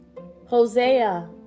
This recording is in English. Hosea